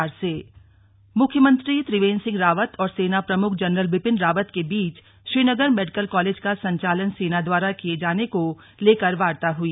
slug CM Rawat बैठक मुख्यमंत्री त्रिवेंद्र सिंह रावत और सेना प्रमुख जनरल बिपिन रावत के बीच श्रीनगर मेडिकल कॉलेज का संचालन सेना द्वारा किये जाने को लेकर वार्ता हुई